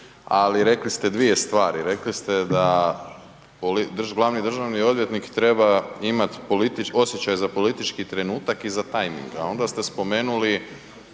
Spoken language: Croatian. ali rekli ste dvije stvari. Rekli ste da glavni državni odvjetnik treba imati osjećaj za politički trenutak i za tajming, a onda ste spomenuli